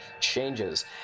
changes